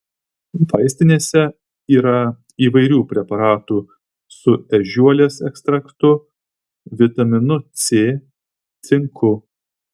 vaistinėse yra įvairių preparatų su ežiuolės ekstraktu vitaminu c cinku